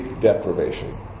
deprivation